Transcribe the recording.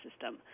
system